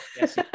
Yes